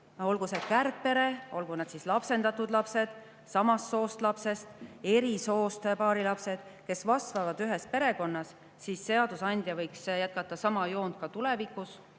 olgu see kärgpere, olgu nad lapsendatud lapsed, samast soost lapsed, eri soost paari lapsed, kes kasvavad ühes perekonnas, siis seadusandja võiks jätkata seda joont, mis